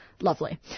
lovely